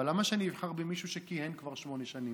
אבל למה שאני אבחר במישהו שכיהן כבר שמונה שנים?